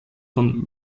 von